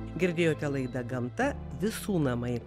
girdėjote laidą gamta visų namai